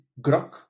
Grok